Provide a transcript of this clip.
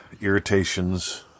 irritations